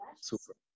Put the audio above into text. super